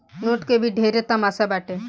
note के भी ढेरे तमासा बाटे